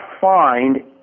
find